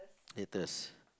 latest